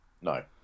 No